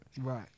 Right